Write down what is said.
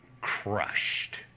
Crushed